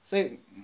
所以